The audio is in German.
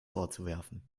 vorzuwerfen